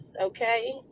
okay